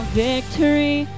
victory